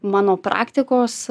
mano praktikos